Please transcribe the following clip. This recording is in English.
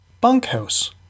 Bunkhouse